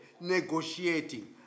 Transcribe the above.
Negotiating